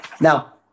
Now